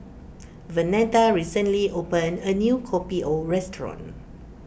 Vernetta recently opened a new Kopi O restaurant